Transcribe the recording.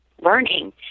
learning